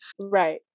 right